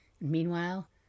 Meanwhile